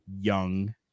young